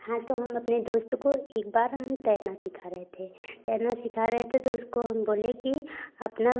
आज तो हम अपने दोस्त को एक बार हम तैरना सीखा रहे थे तैरना सीखा रहे थे तो उसको हम बोले कि अपना